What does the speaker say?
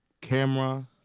Camera